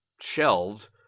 shelved